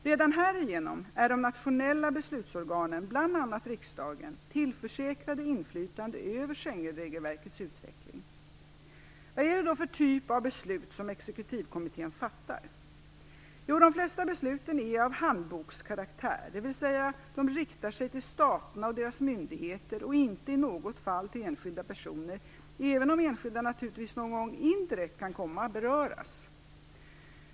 Redan härigenom är de nationella beslutsorganen - Vad är det då för typ av beslut som exekutivkommittén fattar? Jo, de flesta besluten är av handbokskaraktär. De riktar sig således till staterna och deras myndigheter och inte i något fall till enskilda personer, även om enskilda naturligtvis någon gång indirekt kan komma att beröras.